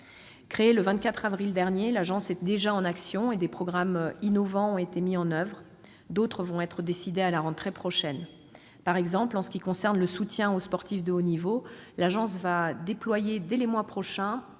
Créée le 24 avril dernier, l'Agence est déjà en action. Des programmes innovants ont été mis en oeuvre et d'autres seront décidés à la rentrée. Par exemple, en ce qui concerne le soutien aux sportifs de haut niveau, l'Agence déploiera, dès les prochains